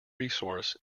resourced